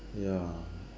ya